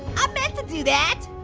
i meant to do that!